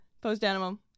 post-animal